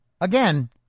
again